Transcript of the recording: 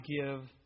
give